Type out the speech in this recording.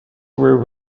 were